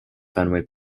fenway